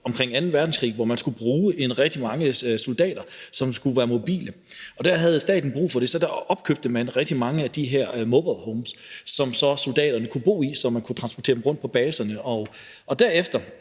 omkring anden verdenskrig, hvor man skulle bruge rigtig mange soldater, som skulle være mobile. Det havde staten brug for, så der opkøbte man rigtig mange af de her mobilhomes, som soldaterne så kunne bo i, så man kunne transportere dem rundt på baserne. Derefter,